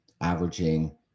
averaging